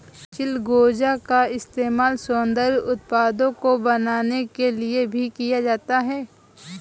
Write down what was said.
चिलगोजा का इस्तेमाल सौन्दर्य उत्पादों को बनाने के लिए भी किया जाता है